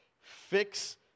Fix